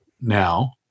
now